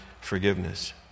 forgiveness